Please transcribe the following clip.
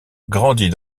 grandit